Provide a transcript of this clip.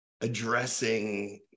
addressing